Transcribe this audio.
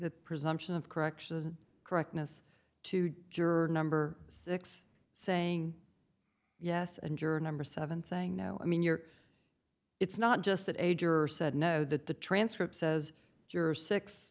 the presumption of correction correctness to juror number six saying yes and juror number seven saying no i mean you're it's not just that a juror said no that the transcript says juror six